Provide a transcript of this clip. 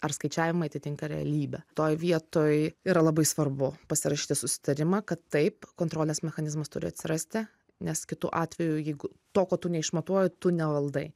ar skaičiavimai atitinka realybę toj vietoj yra labai svarbu pasirašyti susitarimą kad taip kontrolės mechanizmas turi atsirasti nes kitu atveju jeigu to ko tu neišmatuoji tu nevaldai